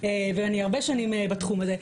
ואני הרבה שנים בתחום הזה,